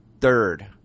third